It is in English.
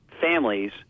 families